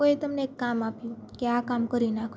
કોઈએ તમને એક કામ આપ્યું કે આ કામ કરી નાખ